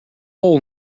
hole